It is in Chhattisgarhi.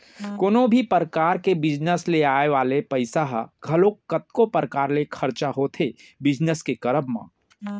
कोनो भी परकार के बिजनेस ले आय वाले पइसा ह घलौ कतको परकार ले खरचा होथे बिजनेस के करब म